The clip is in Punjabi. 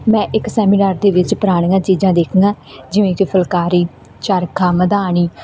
ਮੈਂ ਇੱਕ ਸੈਮੀਨਾਰ ਦੇ ਵਿੱਚ ਪੁਰਾਣੀਆਂ ਚੀਜ਼ਾਂ ਦੇਖੀਆਂ ਜਿਵੇਂ ਕਿ ਫੁਲਕਾਰੀ ਚਰਖਾ ਮਧਾਣੀ